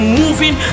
moving